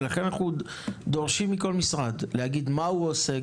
ולכן אנחנו דורשים מכל משרד להגיד מה הוא עושה.